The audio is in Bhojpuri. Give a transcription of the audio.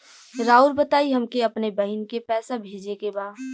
राउर बताई हमके अपने बहिन के पैसा भेजे के बा?